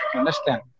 Understand